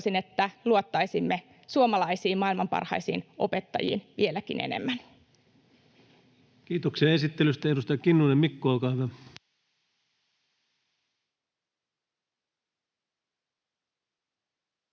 toivoisin, että luottaisimme suomalaisiin maailman parhaisiin opettajiin vieläkin enemmän. Kiitoksia esittelystä. — Edustaja Kinnunen, Mikko, olkaa hyvä.